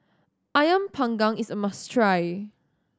Ayam Panggang is a must try